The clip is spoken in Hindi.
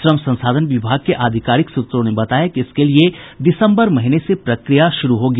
श्रम संसाधन विभाग के आधिकारिक सूत्रों ने बताया कि इसके लिए दिसम्बर महीने से प्रक्रिया शुरू होगी